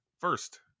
First